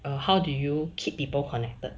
err how do you keep people connected